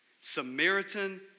Samaritan